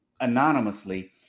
anonymously